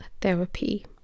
therapy